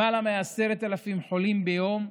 למעלה מ-10,000 חולים ביום,